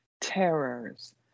terrors